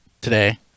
today